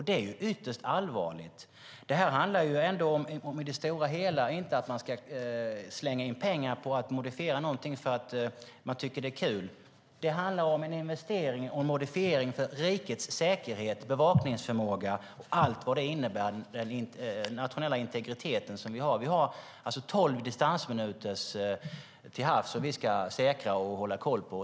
Det är ytterst allvarligt. Det handlar inte i det stora hela om att man ska slänga in pengar på att modifiera någonting för att det är kul. Det handlar om en investering och modifiering för rikets säkerhet och bevakningsförmåga med allt vad det innebär för den nationella integriteten. Vi har tolv distansminuter till havs som vi ska säkra och hålla koll på.